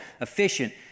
efficient